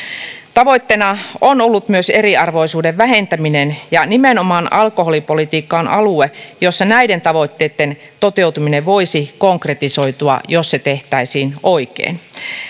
tavoitteena on ollut myös eriarvoisuuden vähentäminen ja nimenomaan alkoholipolitiikka on alue jossa näiden tavoitteitten toteutuminen voisi konkretisoitua jos se tehtäisiin oikein